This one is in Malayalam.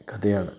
കഥയാണ്